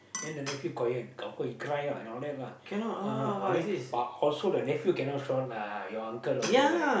then the nephew quiet of course he cry ah and all that lah uh I mean but also the nephew cannot shout lah your uncle also right